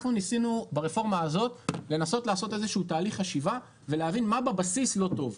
אנחנו ניסינו ברפורמה הזאת לעשות תהליך חשיבה ולהבין מה בבסיס לא טוב.